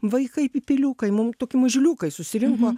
vaikai pypyliukai mum tokie mažuliukai susirinko